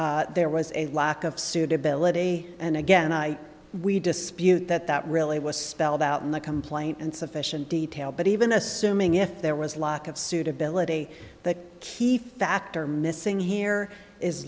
there was a lack of suitability and again i we dispute that that really was spelled out in the complaint and sufficient detail but even assuming if there was lack of suitability that key factor missing here is